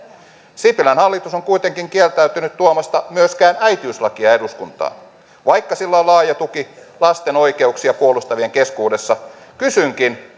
sipilän hallitus on kuitenkin kieltäytynyt tuomasta myöskään äitiyslakia eduskuntaan vaikka sillä on laaja tuki lasten oikeuksia puolustavien keskuudessa kysynkin